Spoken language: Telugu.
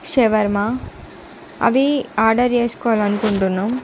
శవర్మ అవి ఆర్డర్ చేసుకోవాలని అనుకుంటున్నాం